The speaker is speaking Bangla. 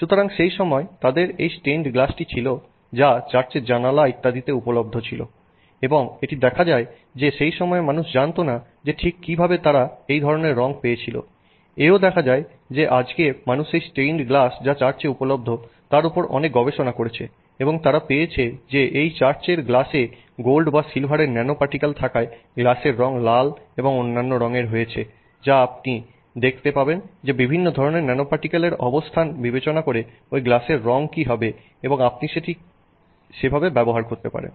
সুতরাং সেই সময় তাদের এই স্টেইনড গ্লাসটি ছিল যা চার্চের জানালা ইত্যাদিতে উপলব্ধ ছিল এবং এটি দেখা যায় যে সেই সময়ে মানুষ জানতো না যে ঠিক কীভাবে তারা এই ধরনের রং ইত্যাদি পেয়েছিল এও দেখা যায় যে আজকে মানুষ এই স্টেনড গ্লাস যা চার্চে উপলব্ধ তার উপর অনেক গবেষণা করেছে এবং তারা পেয়েছে যে এই চার্চের গ্লাসে গোল্ড বা সিলভারের ন্যানোপার্টিকেল থাকায় গ্লাসের রং লাল বা অন্যান্য রঙের হয়েছে যা আপনি দেখতে পাবেন যে বিভিন্ন ধরনের ন্যানোপার্টিকেলের অবস্থান বিবেচনা করে ওই গ্লাসের রং কি হবে এবং আপনি সেটি সেভাবে ব্যবহার করতে পারেন